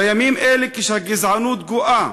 בימים אלה, כשהגזענות גואה,